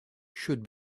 should